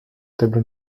tables